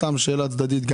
סתם שאלה צדדית.